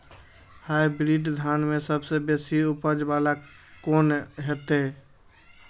Hybrid धान में सबसे बेसी उपज बाला कोन हेते?